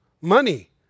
money